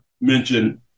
mention